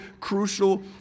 crucial